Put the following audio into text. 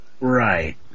Right